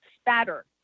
spatter